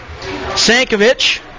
Sankovic